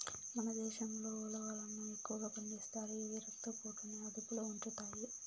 మన దేశంలో ఉలవలను ఎక్కువగా పండిస్తారు, ఇవి రక్త పోటుని అదుపులో ఉంచుతాయి